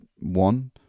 one